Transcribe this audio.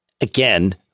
Again